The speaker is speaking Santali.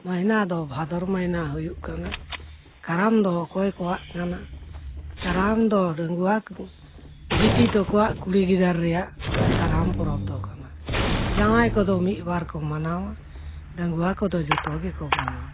ᱢᱟᱹᱦᱱᱟᱹ ᱫᱚ ᱵᱷᱟᱫᱚᱨ ᱢᱟᱹᱦᱱᱟᱹ ᱦᱩᱭᱩᱜ ᱠᱟᱱᱟ ᱠᱟᱨᱟᱢ ᱫᱚ ᱚᱠᱚᱭ ᱠᱚᱣᱟᱜ ᱠᱟᱱᱟ ᱠᱟᱨᱟᱢ ᱫᱚ ᱰᱟᱺᱜᱩᱭᱟᱹ ᱵᱤᱴᱤ ᱛᱟᱠᱚᱣᱟᱜ ᱠᱩᱲᱤ ᱜᱤᱫᱟᱹᱨ ᱨᱮᱱᱟᱜ ᱠᱟᱨᱟᱢ ᱯᱚᱨᱚᱵᱽ ᱫᱚ ᱠᱟᱱᱟ ᱡᱟᱶᱟᱭ ᱠᱚᱫᱚ ᱢᱤᱫ ᱵᱟᱨ ᱠᱚ ᱢᱟᱱᱟᱣᱟ ᱰᱟᱺᱜᱩᱭᱟᱹ ᱠᱚᱫᱚ ᱡᱷᱚᱛᱚ ᱜᱮᱠᱚ ᱢᱟᱱᱟᱣᱟ